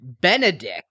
benedict